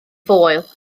foel